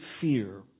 fear